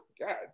God